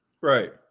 Right